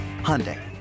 Hyundai